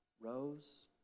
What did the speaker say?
rose